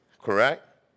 correct